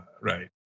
Right